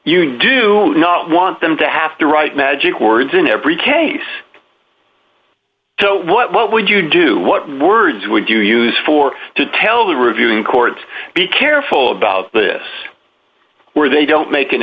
you do not want them to have to write magic words in every case what would you do what words would you use for to tell the reviewing courts be careful about this where they don't make an